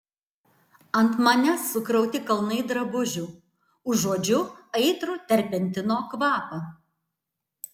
ant manęs sukrauti kalnai drabužių užuodžiu aitrų terpentino kvapą